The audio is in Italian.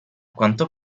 quanto